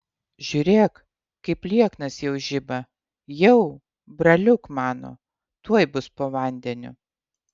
žiūrėk kaip lieknas jau žiba jau braliuk mano tuoj bus po vandeniu